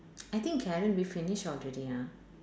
I think Karen we finish already ah